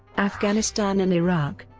afghanistan and iraq.